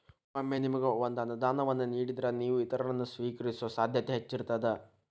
ಒಮ್ಮೆ ನಿಮಗ ಒಂದ ಅನುದಾನವನ್ನ ನೇಡಿದ್ರ, ನೇವು ಇತರರನ್ನ, ಸ್ವೇಕರಿಸೊ ಸಾಧ್ಯತೆ ಹೆಚ್ಚಿರ್ತದ